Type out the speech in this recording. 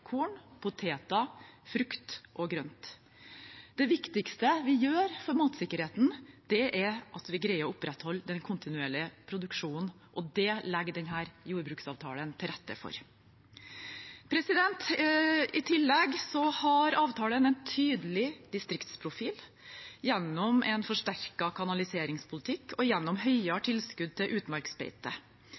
korn, poteter, frukt og grønt. Det viktigste vi gjør for matsikkerheten, er at vi greier å opprettholde den kontinuerlige produksjonen, og det legger denne jordbruksavtalen til rette for. I tillegg har avtalen en tydelig distriktsprofil gjennom en forsterket kanaliseringspolitikk og gjennom høyere tilskudd til utmarksbeite.